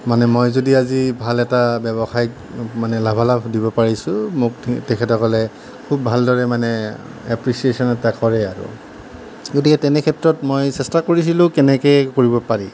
মানে মই যদি আজি ভাল এটা ব্যৱসায়ত মানে লাভালাভ দিব পাৰিছোঁ মোক তেখেতসকলে খুব ভালদৰে মানে এপ্ৰিচিয়েশ্যন এটা কৰে গতিকে তেনে ক্ষেত্ৰত মই চেষ্টা কৰিছিলোঁ কেনেকৈ কৰিব পাৰে